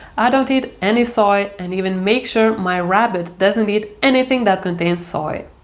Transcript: i don't eat any soy and even make sure my rabbit doesn't eat anything that contains soy.